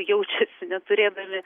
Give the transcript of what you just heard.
jaučiasi neturėdami